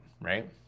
right